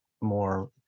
more